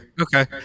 Okay